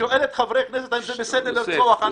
ששואלת חברי הכנסת: האם זה בסדר לרצוח אנשים?